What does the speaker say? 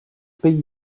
pays